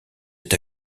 est